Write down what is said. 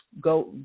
go